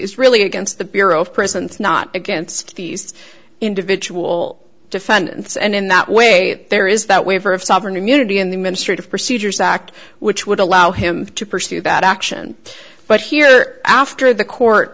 is really against the bureau of prisons not against these individual defendants and in that way there is that waiver of sovereign immunity in the ministry of procedures act which would allow him to pursue that action but here after the court